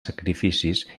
sacrificis